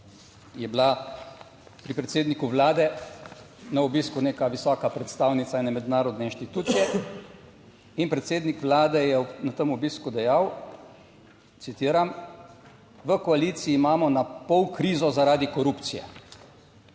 je bila pri predsedniku vlade na obisku neka visoka predstavnica ene mednarodne inštitucije. In predsednik Vlade je na tem obisku dejal, citiram: V koaliciji imamo na pol krizo zaradi korupcije.